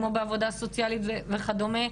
כמו בעבודה סוציאלית וכדומה,